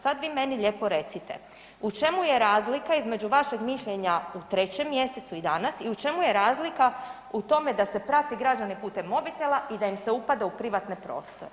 Sad vi meni lijepo recite, u čemu je razlika između vašeg mišljenja u 3. mjesecu i danas i u čemu je razlika u tome da se prati građane putem mobitela i da im se upada u privatne prostore?